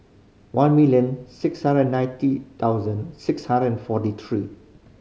one million six hundred ninety thousand six hundred and forty three